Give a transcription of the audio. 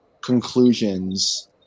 conclusions